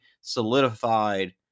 solidified